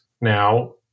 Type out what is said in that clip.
now